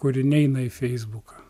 kuri neina į feisbuką